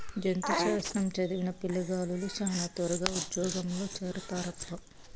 జంతు శాస్త్రం చదివిన పిల్లగాలులు శానా త్వరగా ఉజ్జోగంలో చేరతారప్పా